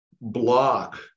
block